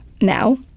now